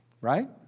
Right